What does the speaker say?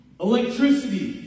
electricity